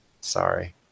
Sorry